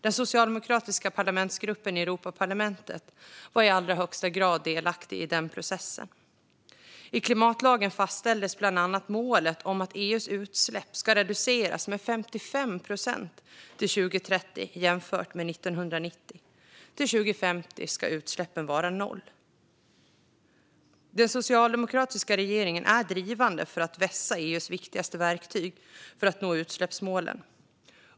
Den socialdemokratiska parlamentsgruppen i Europaparlamentet var i allra högsta grad var delaktig i processen. I klimatlagen fastställdes bland annat målet om att EU:s utsläpp ska reduceras med 55 procent till 2030 jämfört med 1990. Till 2050 ska utsläppen vara noll. Den socialdemokratiska regeringen är drivande för att vässa EU:s viktigaste verktyg för att nå utsläppsmålen.